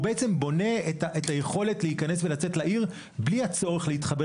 בעצם בונה את היכולת להיכנס לעיר ולצאת ממנה בלי הצורך להתחבר